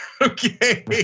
Okay